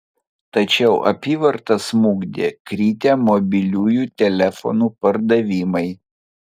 tačiau apyvartą smukdė kritę mobiliųjų telefonų pardavimai